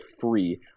free